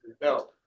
No